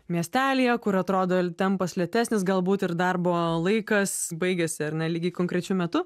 miestelyje kur atrodo tempas lėtesnis galbūt ir darbo laikas baigiasi ar ne lygiai konkrečiu metu